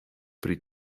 pri